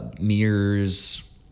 mirrors